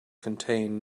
contain